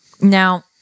Now